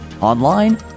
online